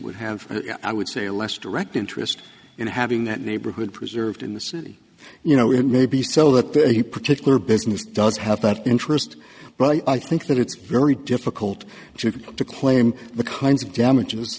would have i would say less direct interest in having that neighborhood preserved in the city you know it may be so that the any particular business does have that interest but i think that it's very difficult to claim the kinds of damages